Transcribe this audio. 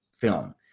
film